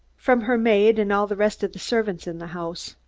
from her maid and all the rest of the servants in the house.